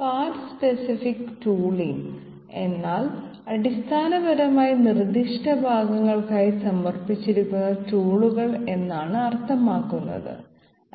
part specific tooling എന്നാൽ അടിസ്ഥാനപരമായി നിർദ്ദിഷ്ട ഭാഗങ്ങൾക്കായി സമർപ്പിച്ചിരിക്കുന്ന ടൂളുകൾ എന്നാണ് അർത്ഥമാക്കുന്നത്